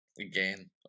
again